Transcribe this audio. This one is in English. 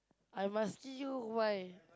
I'm asking you why